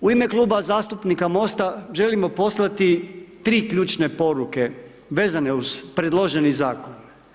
U ime Kluba zastupnika MOST-a želimo poslati tri ključne poruke vezane uz predloženi zakon.